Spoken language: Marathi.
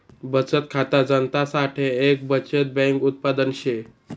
बचत खाता जनता साठे एक बचत बैंक उत्पादन शे